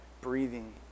breathing